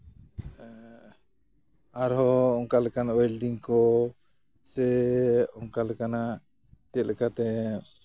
ᱟᱨᱦᱚᱸ ᱚᱝᱠᱟᱞᱮᱠᱟᱱᱟᱜ ᱚᱭᱮᱞᱰᱤᱝ ᱠᱚ ᱥᱮ ᱚᱱᱠᱟᱞᱮᱠᱟᱱᱟᱜ ᱪᱮᱫᱞᱮᱠᱟᱛᱮ